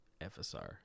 fsr